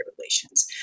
relations